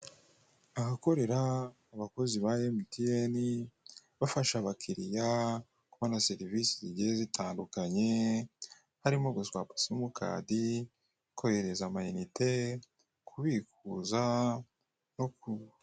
Ahakorera abakozi ba emutiyeni, bafasha abakiriya kubona serivisi zigiye zitandukanye, harimo guswapa simukadi, kohereza amayinite, kubikuza no ku.